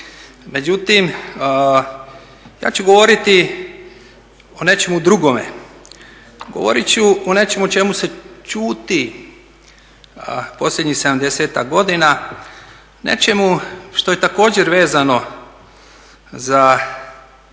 Međutim, ja ću govoriti o nečemu drugome, govorit ću o nečemu o čemu se šuti, a posljednjih 70 godina, nečemu što je također vezano za